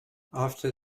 after